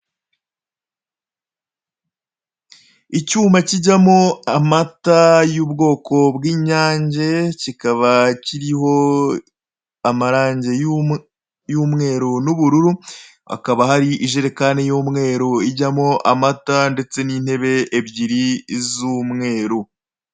Icyuma kijyamo amata y'ubwoko bw'inyange kikaba kiriho amarangi y'umweru n'ubururu, hakaba hari ijerekani y'umweru ijyamo amata ndetse n'intebe ebyiri z'umweru.